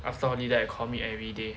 after all this then I commit everyday